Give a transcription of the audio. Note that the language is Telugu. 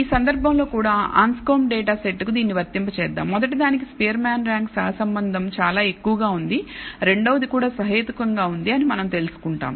ఈ సందర్భంలో కూడా అన్స్కోమ్బ్ డేటా సెట్ కు దీన్ని వర్తింపజేద్దాం మొదటిదానికి స్పియర్మాన్ ర్యాంక్ సహసంబంధం చాలా ఎక్కువగా ఉంది రెండవది కూడా సహేతుకంగా ఎక్కువ అని మనం తెలుసుకుంటాం